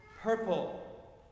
purple